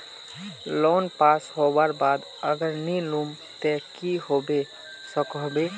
Loan pass होबार बाद अगर नी लुम ते की होबे सकोहो होबे?